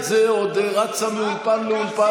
ואותה מי שעושה את זה עוד רצה מאולפן לאולפן